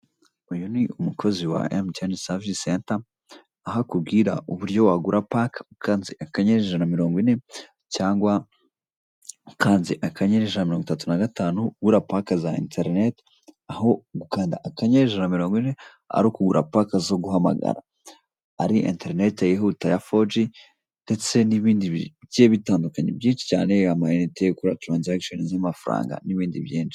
Uyu ni umukozi wa MTN service center aho akubwira uburyo wagura park ukanze akanyenyeri ijana na mirongo ine cyangwa ukanze akanyenyeri ija na mirongo itatu na gatanu, ugura park za internet aho gukanda akanyenyeri ijana na mirongo ine ari ukugura park zo guhamagara, ari internet yihuta ya foji ndetse n'ibindi bigiye bitandukanye byinshi cyane, amayinite, gukora ransaction z'amafaranga ndetse n'ibindi byinshi.